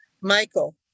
Michael